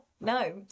No